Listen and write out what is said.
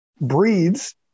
breeds